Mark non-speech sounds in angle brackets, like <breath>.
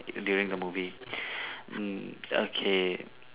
during the movie <breath> mm okay